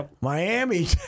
Miami